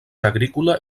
agrícola